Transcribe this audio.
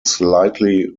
slightly